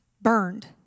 burned